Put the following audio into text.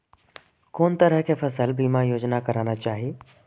कोन तरह के फसल बीमा योजना कराना चाही?